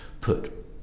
put